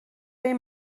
این